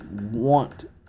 want